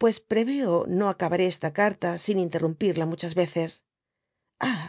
pues preveo no acabaré esta carta sin interrumpirla muchas veces ah